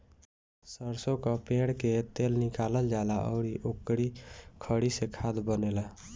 सरसो कअ पेर के तेल निकालल जाला अउरी ओकरी खरी से खाद बनेला